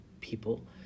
people